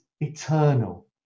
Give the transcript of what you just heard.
eternal